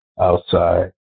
outside